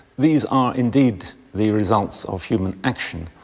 these are indeed the results of human action,